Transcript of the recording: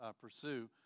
pursue